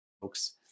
folks